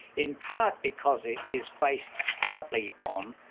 in part because it is based partly on,